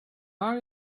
are